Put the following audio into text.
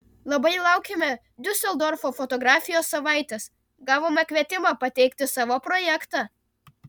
labai laukiame diuseldorfo fotografijos savaitės gavome kvietimą pateikti savo projektą